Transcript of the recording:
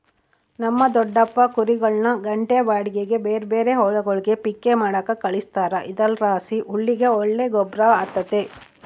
ನಮ್ ದೊಡಪ್ಪ ಕುರಿಗುಳ್ನ ಗಂಟೆ ಬಾಡಿಗ್ಗೆ ಬೇರೇರ್ ಹೊಲಗುಳ್ಗೆ ಪಿಕ್ಕೆ ಮಾಡಾಕ ಕಳಿಸ್ತಾರ ಇದರ್ಲಾಸಿ ಹುಲ್ಲಿಗೆ ಒಳ್ಳೆ ಗೊಬ್ರ ಆತತೆ